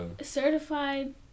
certified